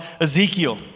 Ezekiel